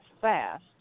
fast